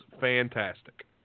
fantastic